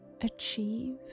achieve